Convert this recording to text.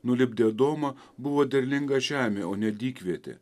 nulipdė adomą buvo derlinga žemė o ne dykvietė